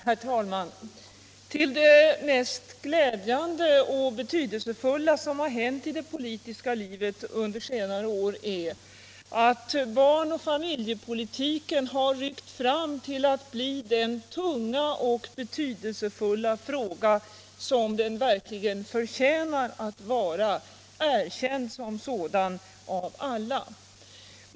Herr talman! Till det mest glädjande och betydelsefulla som har hänt i det politiska livet under senare år hör att barnoch familjepolitiken har ryckt fram till att bli den tunga och väsentliga fråga som den verkligen förtjänar att vara, erkänd som sådan av alla.